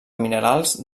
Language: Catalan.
minerals